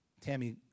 Tammy